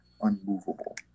unmovable